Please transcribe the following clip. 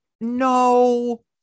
No